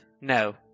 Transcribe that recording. No